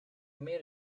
made